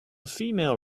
female